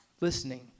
listening